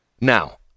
Now